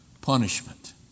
Punishment